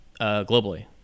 Globally